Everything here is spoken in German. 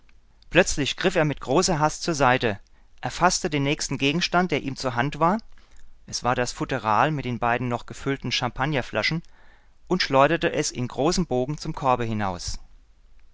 plötzlich griff er mit größter hast zur seite erfaßte den nächsten gegenstand der ihm zur hand war es war das futteral mit den beiden noch gefüllten champagnerflaschen und schleuderte es in großem bogen zum korbe hinaus